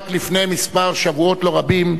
רק לפני כמה חודשים